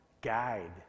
guide